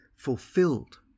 fulfilled